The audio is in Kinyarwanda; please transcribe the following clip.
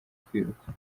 kwiruka